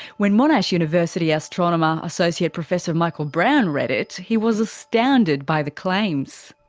when monash university astronomer associate professor michael brown read it, he was astounded by the claims.